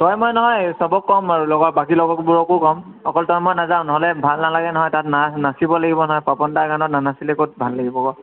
তই মই নহয় সবকে ক'ম আৰু লগৰ বাকী লগৰবোৰকো ক'ম অকল তই মই নেযাওঁ নহ'লে ভাল নালাগে নহয় তাত না নাচিব লাগিব নহয় পাপন দাৰ গানত নানাচিলে ক'ত ভাল লাগিব ক